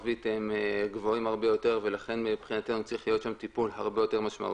גבוהים הרבה יותר ולכן מבחינתנו צריך להיות שם טיפול יותר משמעותי.